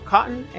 Cotton